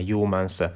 Humans